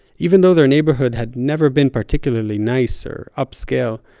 even though their neighborhood had never been particularly nicer upscale.